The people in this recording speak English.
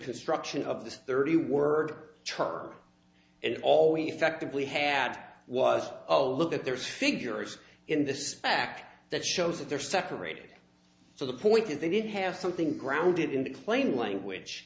construction of this thirty word char and always effectively had was oh look at their figures in this back that shows that they're separated so the point is they did have something grounded in the plain language